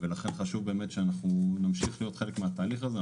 לכן חשוב שנמשיך להיות חלק מהתהליך הזה.